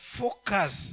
focus